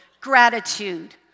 gratitude